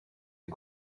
est